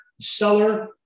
seller